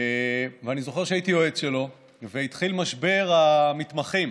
אני זוכר שהייתי יועץ שלו והתחיל משבר המתמחים.